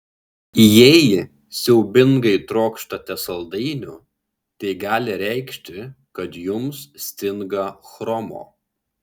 jei siaubingai trokštate saldainių tai gali reikšti kad jums stinga chromo